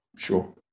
Sure